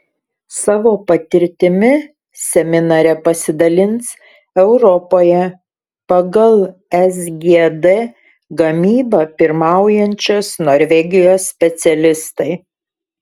savo patirtimi seminare pasidalins europoje pagal sgd gamybą pirmaujančios norvegijos specialistai